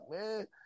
man